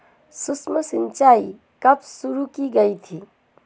सूक्ष्म सिंचाई कब शुरू की गई थी?